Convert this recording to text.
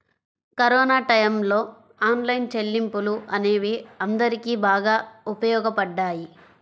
corona టైయ్యంలో online చెల్లింపులు అనేవి అందరికీ బాగా ఉపయోగపడ్డాయి